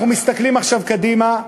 אנחנו מסתכלים עכשיו קדימה,